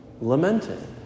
lamenting